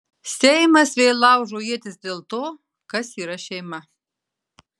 seimas vėl laužo ietis dėl to kas yra šeima